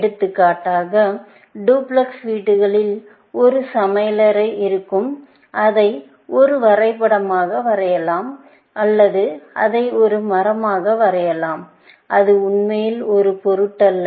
எடுத்துக்காட்டாக டூப்ளக்ஸ் வீட்டிலும் ஒரு சமையலறை இருக்கும் அதை ஒரு வரைபடமாக வரையலாம் அல்லது அதை ஒரு மரமாக வரையலாம் அது உண்மையில் ஒரு பொருட்டல்ல